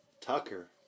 Tucker